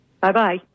Bye-bye